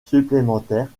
supplémentaires